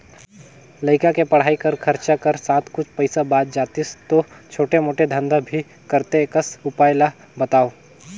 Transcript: लइका के पढ़ाई कर खरचा कर साथ कुछ पईसा बाच जातिस तो छोटे मोटे धंधा भी करते एकस उपाय ला बताव?